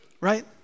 right